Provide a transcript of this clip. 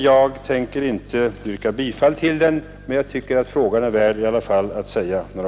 Jag skall inte heller yrka bifall till motionen, men jag tyckte det fanns anledning att säga några ord i denna fråga. Den kommer igen.